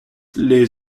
les